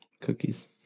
cookies